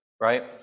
right